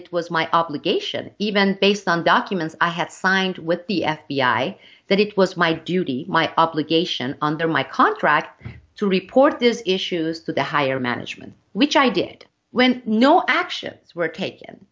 it was my obligation even based on documents i had signed with the f b i that it was my duty my obligation under my contract to report this issues to the higher management which i did when no actions were taken